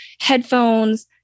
headphones